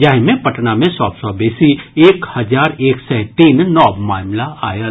जाहि मे पटना मे सभ सँ बेसी एक हजार एक सय तीन नव मामिला आयल